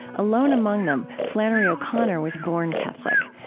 alone among them, flannery o'connor was born catholic.